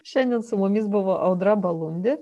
šiandien su mumis buvo audra balundė